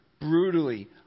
brutally